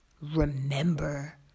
remember